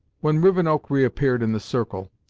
when rivenoak re-appeared in the circle,